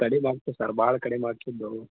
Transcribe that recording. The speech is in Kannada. ಕಡಿಮೆ ಮಾಡ್ತಿನಿ ಸರ್ ಭಾಳ ಕಡಿಮೆ ಮಾಡ್ತಿನಿ ಬನ್ರಿ